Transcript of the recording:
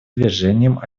движением